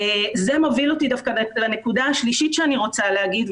זה מוביל אותי דווקא לנקודה השלישית שאני רוצה להגיד,